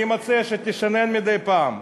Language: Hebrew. אני מציע שתשנן מדי פעם.